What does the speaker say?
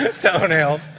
toenails